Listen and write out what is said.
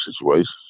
situations